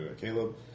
Caleb